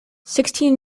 sixteen